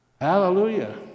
Hallelujah